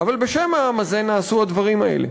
אבל בשם העם הזה נעשו הדברים האלה.